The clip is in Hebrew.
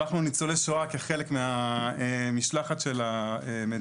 שלחנו ניצולי שואה כחלק מהמשלחת של המדינה.